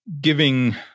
giving